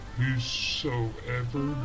Whosoever